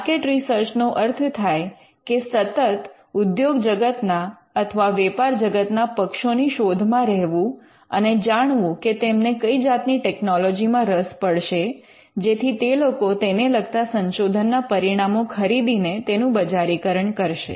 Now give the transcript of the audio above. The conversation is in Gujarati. માર્કેટ રિસર્ચ નો અર્થ થાય કે સતત ઉદ્યોગ જગતના અથવા વેપાર જગતના પક્ષો ની શોધમાં રહેવું અને જાણવું કે તેમને કઇ જાતની ટેકનોલોજી માં રસ પડશે જેથી તે લોકો તેને લગતા સંશોધનના પરિણામો ખરીદીને તેનું બજારીકરણ કરશે